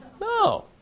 No